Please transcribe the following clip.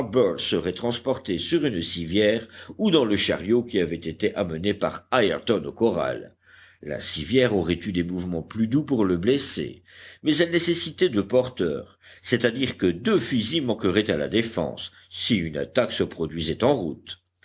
serait transporté sur une civière ou dans le chariot qui avait été amené par ayrton au corral la civière aurait eu des mouvements plus doux pour le blessé mais elle nécessitait deux porteurs c'est-àdire que deux fusils manqueraient à la défense si une attaque se produisait en route